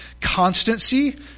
Constancy